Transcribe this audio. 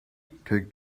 take